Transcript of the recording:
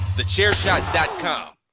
TheChairShot.com